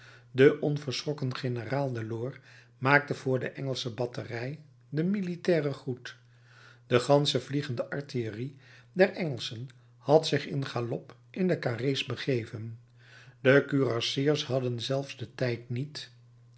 de onverschrokken generaal delord maakte voor de engelsche batterij den militairen groet de gansche vliegende artillerie der engelschen had zich in galop in de carré's begeven de kurrassiers hadden zelfs den tijd niet